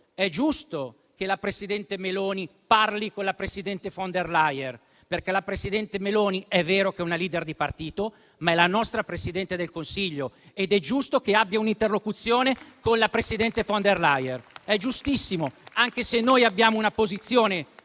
giusto che la presidente Meloni parli con la presidente von der Leyen, perché è vero che la presidente Meloni è una *leader* di partito, ma è la nostra Presidente del Consiglio ed è giusto che abbia un'interlocuzione con la presidente von der Leyen. Anche se noi abbiamo una posizione